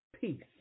Peace